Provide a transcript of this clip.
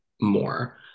more